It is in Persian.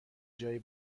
جای